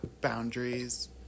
boundaries